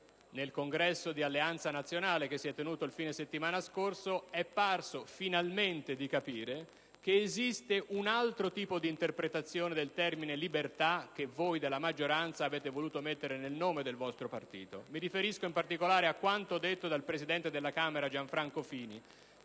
nel congresso di Alleanza Nazionale, tenutosi lo scorso fine settimana, è parso finalmente di capire che esiste un altro tipo di interpretazione del termine libertà che voi della maggioranza avete voluto mettere nel nome del vostro partito. Mi riferisco, in particolare, a quanto affermato dal presidente della Camera Gianfranco Fini,